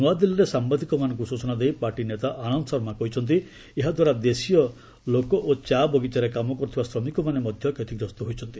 ନୂଆଦିଲ୍ଲୀରେ ସାମ୍ଭାଦିକମାନଙ୍କୁ ସୂଚନା ଦେଇ ପାର୍ଟି ନେତା ଆନନ୍ଦ ଶର୍ମା କହିଛନ୍ତି ଏହାଦ୍ୱାରା ଦେଶୀୟ ଲୋକ ଓ ଚା' ବଗିଚାରେ କାମ କର୍ଥିବା ଶ୍ରମିକମାନେ ମଧ୍ୟ କ୍ଷତିଗ୍ରସ୍ତ ହୋଇଛନ୍ତି